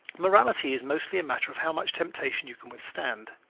morality is mostly a matter of how much temptation you can withstand.